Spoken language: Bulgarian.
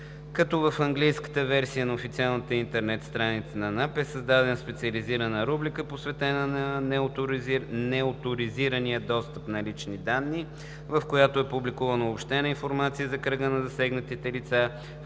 като в английската версия на официалната интернет страница на НАП е създадена специализирана рубрика, посветена на неоторизирания достъп до лични данни, в която е публикувана обобщена информация за кръга на засегнатите лица,